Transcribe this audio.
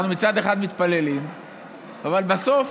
אנחנו מצד אחד מתפללים אבל בסוף